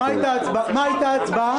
מה הייתה ההצבעה?